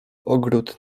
ogród